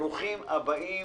ברוכים הבאים.